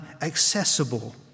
accessible